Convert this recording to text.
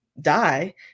die